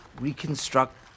reconstruct